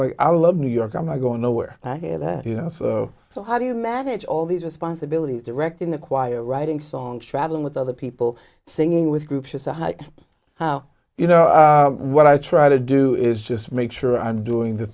like i love new york i'm not going nowhere here that you know so how do you manage all these responsibilities directing the choir writing songs traveling with other people singing with groups you know what i try to do is just make sure i'm doing the